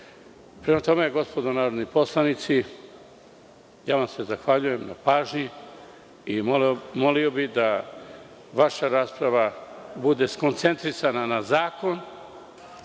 zakon. Prema tome, gospodo narodni poslanici, ja vam se zahvaljujem na pažnji i molio bih da vaša rasprava bude skoncentrisana na zakon,